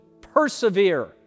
persevere